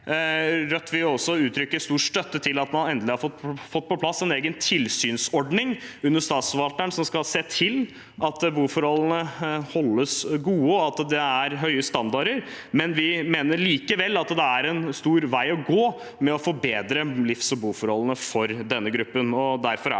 Rødt vil også uttrykke stor støtte til at man endelig har fått på plass en egen tilsynsordning under statsforvalteren som skal se til at boforholdene holdes gode, og at det er høye standarder. Vi mener likevel at det er en lang vei å gå med å forbedre livs- og boforholdene for denne gruppen.